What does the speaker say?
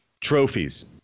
Trophies